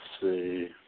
see